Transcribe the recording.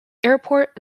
airport